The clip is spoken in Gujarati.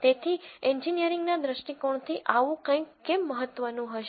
તેથી એન્જિનિયરિંગના દૃષ્ટિકોણથી આવું કંઈક કેમ મહત્ત્વનું હશે